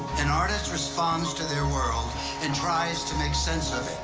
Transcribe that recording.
an artist responds to their world and tries to make sense of it.